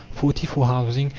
forty for housing,